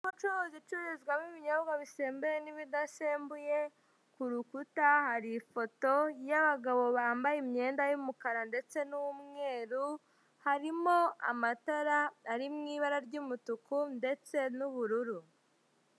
Inzu y'ubucuruzi icururizwamo ibinyobwa bisembuye n'ibidasembuye, ku rukuta hari ifoto y'abagabo bambaye imyenda y'umukara ndetse n'umweru, harimo amatara ari mu ibara ry'umutuku ndetse n'ubururu.